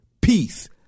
peace